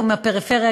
מהפריפריה,